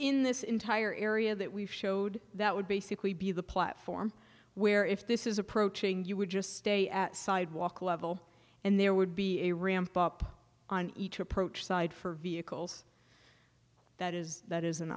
within this entire area that we showed that would basically be the platform where if this is approaching you would just stay at sidewalk level and there would be a ramp up on each approach side for vehicles that is that is an